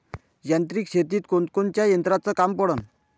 यांत्रिक शेतीत कोनकोनच्या यंत्राचं काम पडन?